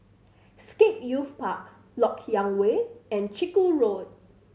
Scape Youth Park Lok Yang Way and Chiku Road